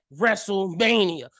WrestleMania